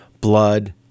blood